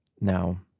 Now